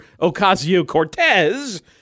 Ocasio-Cortez